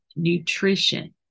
nutrition